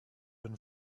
been